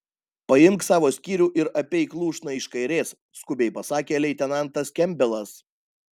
paimk savo skyrių ir apeik lūšną iš kairės skubiai pasakė leitenantas kempbelas